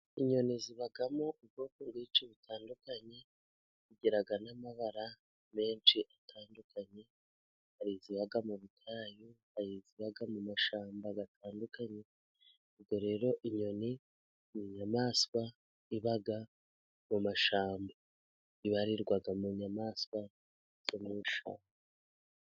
Inyoni zibamo ubwoko bwinshi butandukanye, zigira n'amabara menshi atandukanye. Hari iziba mu butayu, hari iziba mu mashyamba atandukanye. Ubwo rero inyoni ni inyamaswa iba mu mashyamba, ibarirwa mu nyamaswa zo mu ishyamba.